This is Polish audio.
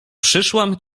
przyszłam